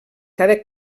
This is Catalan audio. cada